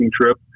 trip